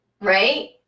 right